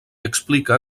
explica